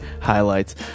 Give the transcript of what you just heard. highlights